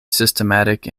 systematic